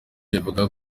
yavugaga